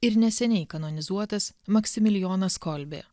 ir neseniai kanonizuotas maksimilijonas kolbė